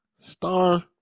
Star